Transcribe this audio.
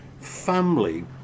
family